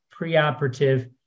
preoperative